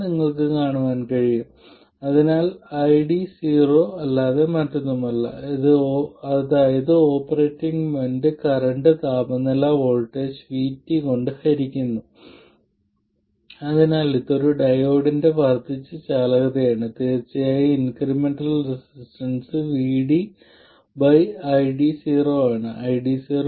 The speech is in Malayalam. നിങ്ങൾക്ക് ഇവിടെ വൈദ്യുതധാരകളുണ്ട് വോൾട്ടേജും ഉണ്ട് ഒരു കറന്റ് ലഭിക്കാൻ നിങ്ങൾ വോൾട്ടേജിനെ എന്തെങ്കിലും കൊണ്ട് ഗുണിക്കണം അതിനാൽ ഇത് ഒരു ചാലകമായിരിക്കണം അതിനാൽ നാലെണ്ണവും ചെയ്യുക